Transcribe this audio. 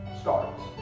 starts